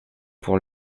pour